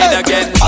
again